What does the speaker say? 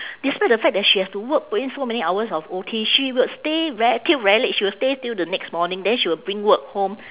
despite the fact that she has to work put in so many hours of O_T she would stay ve~ till very late she will stay till the next morning then she will bring work home